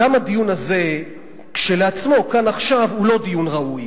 גם הדיון הזה כשלעצמו כאן עכשיו הוא לא דיון ראוי.